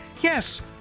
Yes